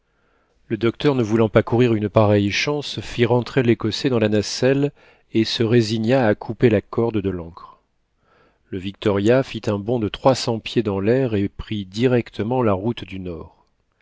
le docteur ne voulant pas courir une pareille chance fit rentrer l'écossais dans la nacelle et se résigna à couper la corde de l'ancre le victoria fit un bond de trois cents pieds dans lair et prit directement la route du nord